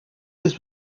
his